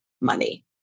money